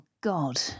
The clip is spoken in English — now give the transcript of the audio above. God